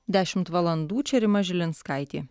dešimt valandų čia rima žilinskaitė